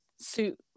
suit